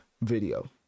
Video